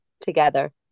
together